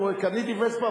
הוא אומר: קניתי וספה,